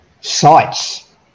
sites